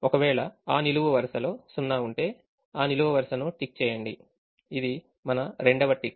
ఒకవేళ ఆ నిలువు వరుసలో సున్నా ఉంటే ఆ నిలువు వరుసను టిక్ చేయండి ఇది మన రెండవ టిక్